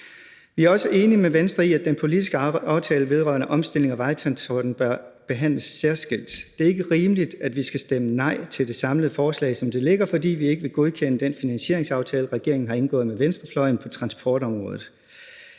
Vi er også enige med Venstre i, at den politiske aftale vedrørende omstilling af vejtransporten bør behandles særskilt. Det er ikke rimeligt, at vi skal stemme nej til det samlede forslag, som det ligger, fordi vi ikke vil godkende den finansieringsaftale, regeringen har indgået med venstrefløjen på transportområdet.